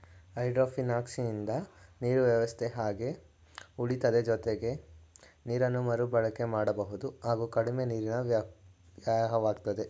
ಹೈಡ್ರೋಪೋನಿಕ್ಸಿಂದ ನೀರು ವ್ಯವಸ್ಥೆ ಹಾಗೆ ಉಳಿತದೆ ಜೊತೆಗೆ ನೀರನ್ನು ಮರುಬಳಕೆ ಮಾಡಬಹುದು ಹಾಗೂ ಕಡಿಮೆ ನೀರಿನ ವ್ಯಯವಾಗ್ತದೆ